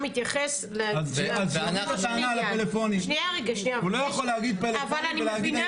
הוא לא יכול להגיד פלאפונים ולהגיד,